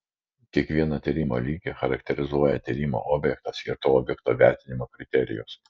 kiekvieną tyrimo lygį charakterizuoja tyrimo objektas ir to objekto vertinimo kriterijus